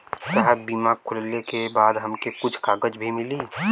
साहब बीमा खुलले के बाद हमके कुछ कागज भी मिली?